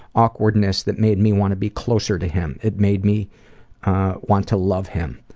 awkwardness that made me want to be closer to him. it made me want to love him.